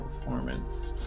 Performance